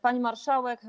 Pani Marszałek!